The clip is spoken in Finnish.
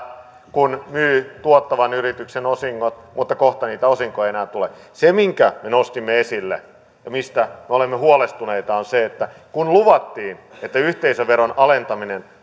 kun myy tuottavan yrityksen osingot mutta kohta niitä osinkoja ei enää tule se minkä nostimme esille ja mistä me olemme huolestuneita on se että kun luvattiin että yhteisöveron alentaminen